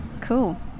cool